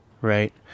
right